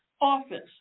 office